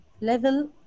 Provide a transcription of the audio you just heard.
level